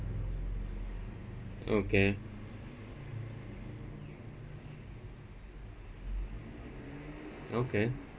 okay okay